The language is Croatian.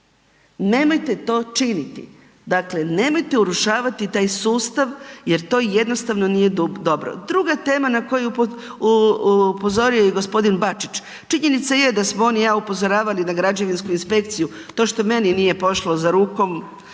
Nemojte to činiti. Dakle, nemojte urušavati taj sustav jer to jednostavno nije dobro. Druga tema na koju je upozorio i g. Bačić, činjenica je da smo on i ja upozoravali na građevinsku inspekciju. To što meni nije pošlo za rukom